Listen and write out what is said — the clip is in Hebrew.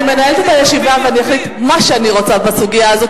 אני מנהלת את הישיבה ואני אחליט מה שאני רוצה בסוגיה הזאת.